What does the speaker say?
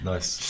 Nice